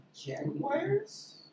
Jaguars